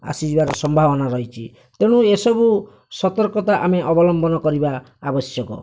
ଆସିଯିବାର ସମ୍ଭାବନା ରହିଛି ତେଣୁ ଏସବୁ ସତର୍କତା ଆମେ ଅବଲମ୍ବନ କରିବା ଆବଶ୍ୟକ